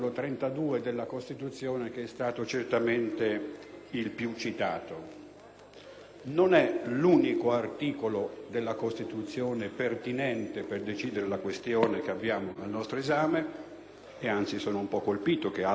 Non è l'unico articolo della Costituzione pertinente per decidere la questione che abbiamo al nostro esame, e anzi sono un po' colpito che altri articoli non siano stati ricordati, ma è certamente un articolo rilevante.